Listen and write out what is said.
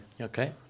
Okay